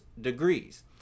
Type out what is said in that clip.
degrees